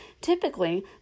Typically